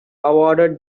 awarded